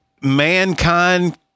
Mankind